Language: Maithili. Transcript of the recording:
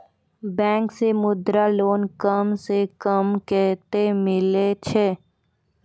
बैंक से मुद्रा लोन कम सऽ कम कतैय मिलैय छै?